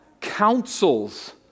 counsels